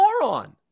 moron